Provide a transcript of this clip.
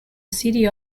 city